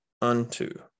unto